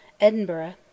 Edinburgh